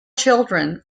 children